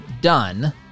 done